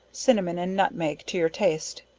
cinnamon and nutmeg to your taste,